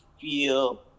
feel